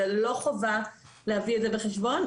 זו לא חובה להביא את זה בחשבון,